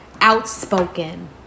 Outspoken